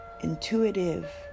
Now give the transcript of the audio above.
intuitive